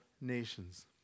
nations